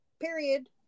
Period